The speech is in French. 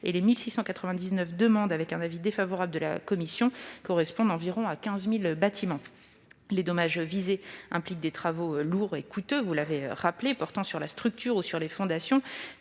Les 1 699 demandes avec un avis défavorable de la commission correspondent à environ 15 000 bâtiments. Les dommages visés impliquent des travaux lourds et coûteux, portant sur la structure ou les fondations.